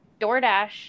DoorDash